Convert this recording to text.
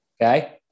Okay